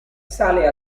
sale